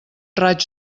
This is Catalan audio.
raig